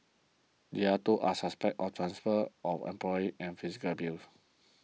the other two are suspect are transfer of employer and physical abuse